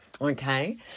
Okay